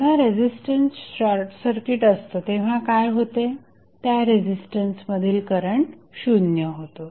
जेव्हा resistance short circuit असतो तेव्हा काय होते त्या रेझिस्टन्स मधील करंट शून्य होतो